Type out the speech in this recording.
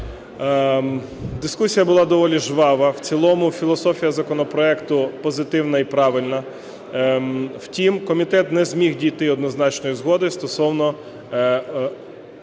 Дискусія була доволі жвава. В цілому філософія законопроекту позитивна і правильна. Втім комітет не зміг дійти однозначної згоди стосовно,